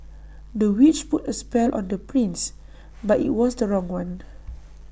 the witch put A spell on the prince but IT was the wrong one